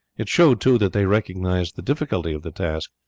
it showed, too, that they recognized the difficulty of the task,